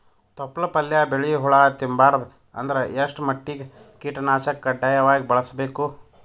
ತೊಪ್ಲ ಪಲ್ಯ ಬೆಳಿ ಹುಳ ತಿಂಬಾರದ ಅಂದ್ರ ಎಷ್ಟ ಮಟ್ಟಿಗ ಕೀಟನಾಶಕ ಕಡ್ಡಾಯವಾಗಿ ಬಳಸಬೇಕು?